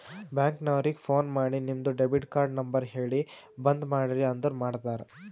bank ನವರಿಗ phone ಮಾಡಿ ನಿಮ್ದು ಡೆಬಿಟ್ ಕಾರ್ಡ್ ನಂಬರ್ ಹೇಳಿ ಬಂದ್ ಮಾಡ್ರಿ ಅಂದುರ್ ಮಾಡ್ತಾರ